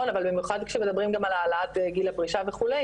אבל במיוחד גם כשמדברים על העלאת גיל הפרישה וכו',